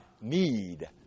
Need